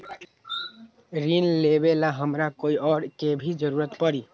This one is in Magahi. ऋन लेबेला हमरा कोई और के भी जरूरत परी?